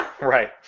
Right